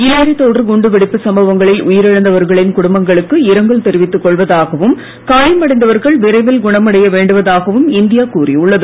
இலங்கை தொடர் குண்டு வெடிப்புச் சம்வங்களில் உயிர் இழந்தவர்களின் குடும்பங்களுக்கு இரங்கல் தெரிவித்துக் கொள்வதாகவும் காயம் அடைந்தவர்கள் விரைவில் குணமடைய வேண்டுவதாகவும் இந்தியா கூறியுள்ளது